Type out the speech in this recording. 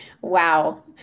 wow